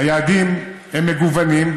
היעדים מגוונים,